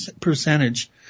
percentage